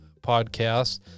podcast